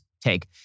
take